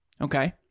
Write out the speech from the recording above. Okay